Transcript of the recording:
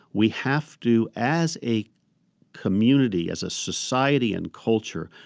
we have to as a community, as a society and culture,